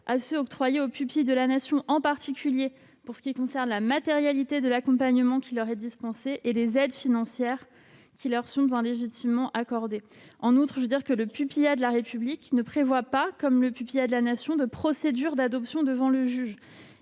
sont octroyés aux pupilles de la Nation, en particulier s'agissant de la matérialité de l'accompagnement qui leur est dispensé et des aides financières qui leur sont légitimement accordées. En outre, le pupillat de la République ne prévoit pas, comme le pupillat de la Nation, une procédure d'adoption devant le juge.